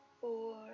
four